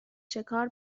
شکار